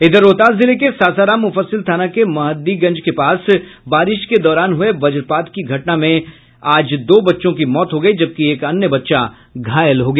इधर रोहतास जिले के सासाराम मुफस्सिल थाना के महद्दीगंज के पास बारिश के दौरान हुये वज्रपात की घटना में आज दो बच्चों की मौत हो गयी जबकि एक अन्य घायल हो गया